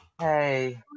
Hey